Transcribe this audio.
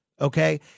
okay